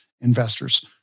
investors